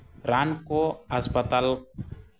ᱨᱟᱱ ᱠᱚ ᱦᱟᱥᱯᱟᱛᱟᱞ